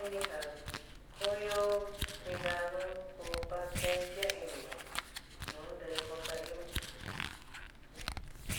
Mani ja ko'oyó cuidado, kú pacencia iniyo, nuú ntiɨ cosa ɨó.